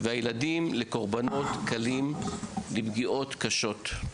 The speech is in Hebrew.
והילדים לקורבנות קלים לפגיעות קשות.